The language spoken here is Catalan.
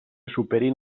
superin